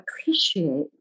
appreciate